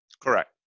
Correct